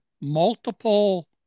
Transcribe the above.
multiple